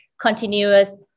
continuous